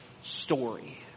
story